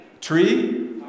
Tree